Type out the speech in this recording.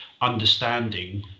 understanding